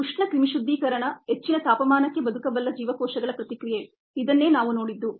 ಉಷ್ಣ ಕ್ರಿಮಿಶುದ್ಧೀಕರಣ ಹೆಚ್ಚಿನ ತಾಪಮಾನದಲ್ಲಿ ಬದುಕಬಲ್ಲ ಜೀವಕೋಶಗಳ ಪ್ರತಿಕ್ರಿಯೆ ಇದನ್ನೇ ನಾವು ನೋಡಿದ್ದು